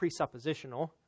presuppositional